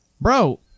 bro